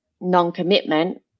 non-commitment